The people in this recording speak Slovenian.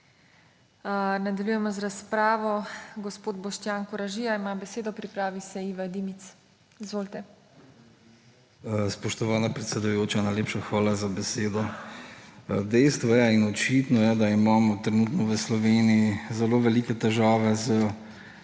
Nadaljujemo razpravo. Gospod Boštjan Koražija ima besedo, pripravi se Iva Dimic. Izvolite. **BOŠTJAN KORAŽIJA (PS Levica):** Spoštovana predsedujoča, najlepša hvala za besedo. Dejstvo je in očitno je, da imamo trenutno v Sloveniji zelo velike težave s